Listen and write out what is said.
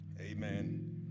amen